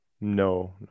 no